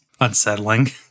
unsettling